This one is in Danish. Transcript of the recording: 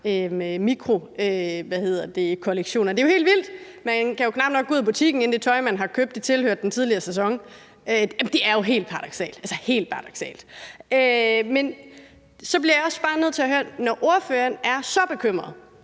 bare mikrokollektioner. Det er jo helt vildt. Man kan knap nok gå ud af butikken, inden det tøj, man har købt, tilhører den tidligere sæson. Det er jo helt paradoksalt, altså helt paradoksalt! Så bliver jeg også bare nødt til at høre om noget. Når ordføreren er så bekymret